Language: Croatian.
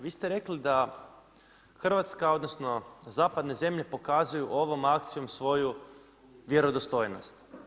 Vi ste rekli da Hrvatska odnosno zapadne zemlje pokazuju ovom akcijom svoju vjerodostojnost.